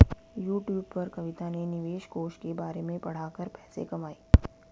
YouTube पर कविता ने निवेश कोष के बारे में पढ़ा कर पैसे कमाए